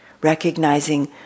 recognizing